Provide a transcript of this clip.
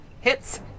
Hits